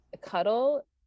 Cuddle